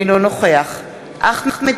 אינו נוכח אחמד טיבי,